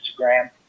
Instagram